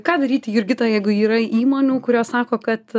ką daryti jurgita jeigu yra įmonių kurios sako kad